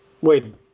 Wait